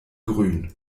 grün